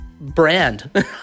brand